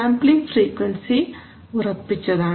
sampling frequency ഉറപ്പിച്ചതാണ്